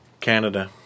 Canada